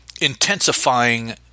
intensifying